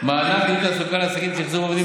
מענק לעידוד התעסוקה לעסקים שהחזירו עובדים